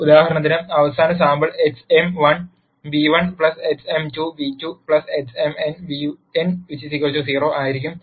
ഉദാഹരണത്തിന് അവസാന sample xm1 β1 xm2 β2 xmn βn 0 ആയിരിക്കും